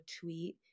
tweet